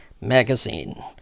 magazine